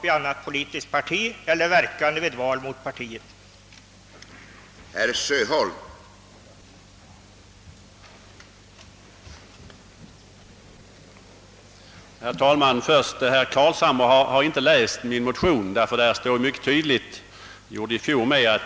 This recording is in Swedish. i annat politiskt parti eller verkande mot partiet vid val,